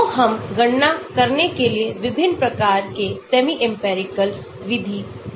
तो हम गणना करने के लिए विभिन्न प्रकार के सेमी इंपिरिकल विधि भी दे सकते हैं